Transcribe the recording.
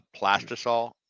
Plastisol